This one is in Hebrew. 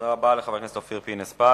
תודה רבה לחבר הכנסת אופיר פינס-פז.